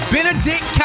Benedict